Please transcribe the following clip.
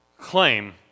claim